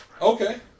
Okay